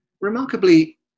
Remarkably